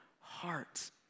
hearts